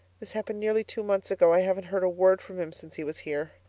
this happened nearly two months ago i haven't heard a word from him since he was here.